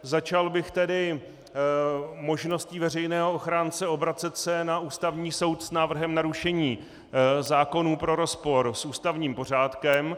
Začal bych tedy možností veřejného ochránce obracet se na Ústavní soud s návrhem na rušení zákonů pro rozpor s ústavním pořádkem.